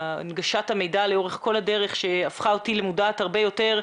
והנגשת המידע לאורך כל הדרך שהפכה אותי למודעת הרבה יותר.